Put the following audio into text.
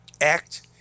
act